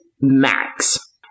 max